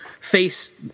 face